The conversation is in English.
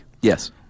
Yes